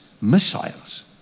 missiles